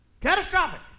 Catastrophic